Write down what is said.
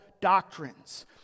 doctrines